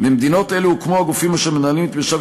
במדינות אלה הוקמו הגופים אשר מנהלים את מרשם